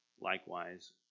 Likewise